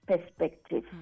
perspective